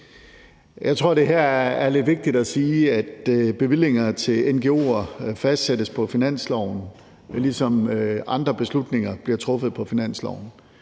Jeg tror, at det her er lidt vigtigt at sige, at bevillinger til ngo'er fastsættes på finansloven, ligesom andre beslutninger bliver truffet på finansloven.